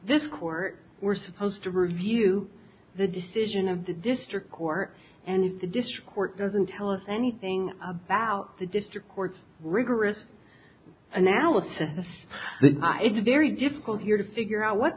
this court we're supposed to review the decision of the district court and the district court doesn't tell us anything about the district court rigorous analysis it's very difficult here to figure out what